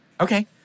Okay